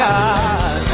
God